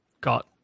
got